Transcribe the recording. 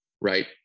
right